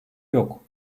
yok